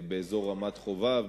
באזור רמת-חובב,